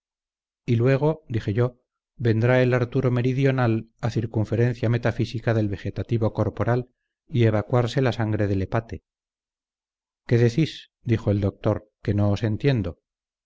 y luego dije yo vendrá el arturo meridional a circunferencia metafísica del vegetativo corporal y evacuarse la sangre del hepate qué decís dijo el doctor que no os entiendo